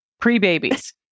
pre-babies